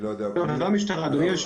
זה לא המשטרה, אדוני היושב-ראש.